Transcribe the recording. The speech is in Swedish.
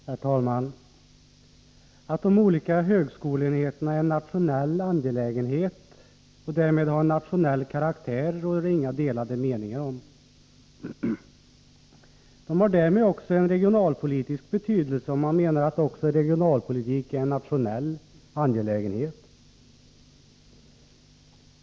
Herr talman! Att de olika högskoleenheterna är en nationell angelägenhet och därmed har en nationell karaktär råder det inga delade meningar om. De har därmed också en regionalpolitisk betydelse, om man menar att också regionalpolitik är en nationell angelägenhet.